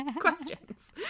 questions